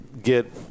get